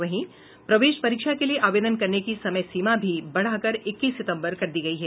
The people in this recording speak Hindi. वहीं प्रवेश परीक्षा के लिए आवेदन करने की समय सीमा भी बढ़ाकर इकीस सितम्बर कर दी गई है